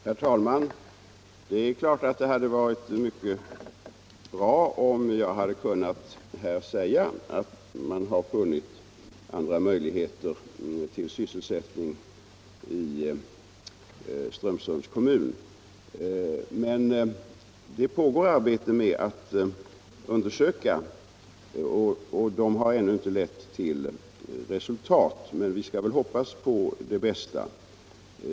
Herr talman! Det är klart att det hade varit mycket bra om jag här hade kunnat säga att man har funnit andra möjligheter till sysselsättning i Strömsunds kommun. Det pågår dock arbete med att undersöka möjligheterna. Detta arbete har visserligen ännu inte lett till något resultat, men vi skall väl hoppas på det bästa.